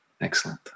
Excellent